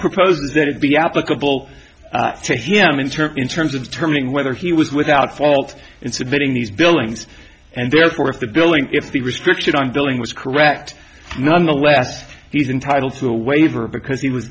proposes that it be applicable to him in term in terms of determining whether he was without fault in submitting these billings and therefore if the billing if the restriction on billing was correct nonetheless he's entitled to a waiver because he was